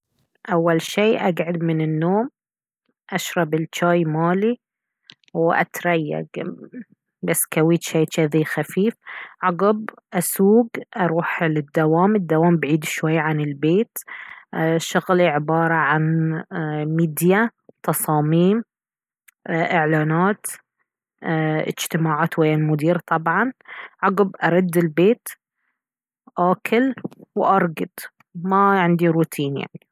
اول شي اقعد من النوم اشرب الشاي مالي واتريق بسكويت شي جذي خفيف عقب اسوق اروح للدوام الدوام بعيد شوي عن البيت ايه شغلي عبارة عن ميديا تصاميم اعلانات ايه اجتماعات ويا المدير طبعا عقب ارد البيت اكل وارقد ما عندي روتين يعني